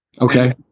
Okay